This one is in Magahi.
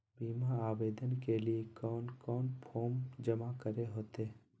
बीमा आवेदन के लिए कोन कोन फॉर्म जमा करें होते